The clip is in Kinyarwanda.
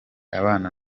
abana